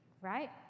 right